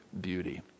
beauty